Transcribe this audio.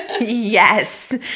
Yes